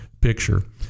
picture